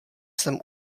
jsem